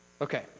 Okay